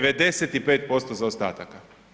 95% zaostataka.